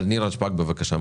נירה שפק, בבקשה.